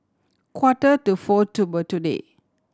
quarter to four to today